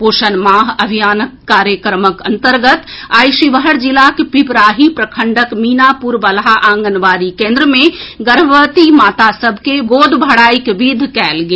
पोषण माह अभियान कार्यक्रमक अंतर्गत आइ शिवहर जिलाक पिपराही प्रखंडक मीनापुर बलहा आंगनबाड़ी केन्द्र मे गर्भवती माता सभ के गोद भराई के विधि कयल गेल